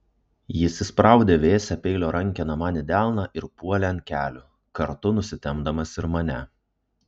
jis įspraudė vėsią peilio rankeną man į delną ir puolė ant kelių kartu nusitempdamas ir mane